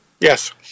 Yes